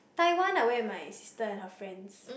Taiwan I went with my sister and her friends